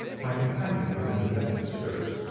my companion was in the best of spirits,